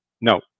no